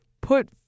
put